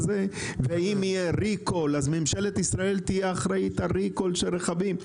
ואם יהיה ריקול אז ממשלת ישראל תהיה אחראית על ריקול של רכבים?